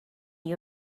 you